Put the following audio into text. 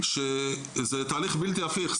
שזה תהליך בלתי הפיך.